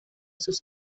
sus